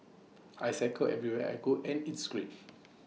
I cycle everywhere I go and it's great